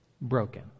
Broken